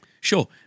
Sure